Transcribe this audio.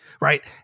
right